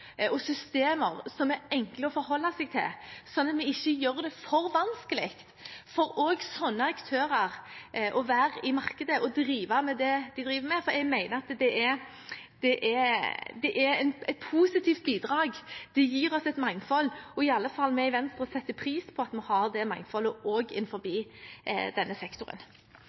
ikke gjør det for vanskelig for slike aktører å være i markedet og drive med det de driver med, for jeg mener at det er et positivt bidrag, og de gir oss et mangfold. I alle fall setter vi i Venstre pris på at vi har det mangfoldet også innenfor denne sektoren.